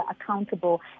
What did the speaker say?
accountable